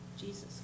Jesus